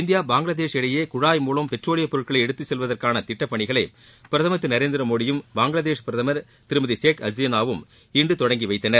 India Bangladesh இடையே குழாய் மூலம் பெட்ரோலியப்பொருட்களை எடுத்துச்செல்வதற்கான திட்டப்பணிகளை பிரதமர் திரு நரேந்திரமோடி பங்களாதேஷ் பிரதமர் திருமதி ஷேக் ஹசீனாவும் இன்று தொடங்கி வைத்தனர்